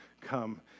come